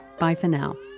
bye for now